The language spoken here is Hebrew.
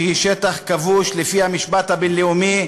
שהיא שטח כבוש לפי המשפט הבין-לאומי?